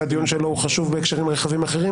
והדיון שלו הוא חשוב בהקשרים אחרים,